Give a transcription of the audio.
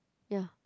ya